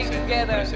together